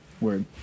Word